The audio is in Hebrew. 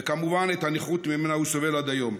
וכמובן, הנכות שממנה הוא סובל עד היום.